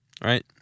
Right